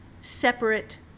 separate